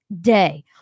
day